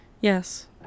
Yes